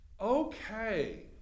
Okay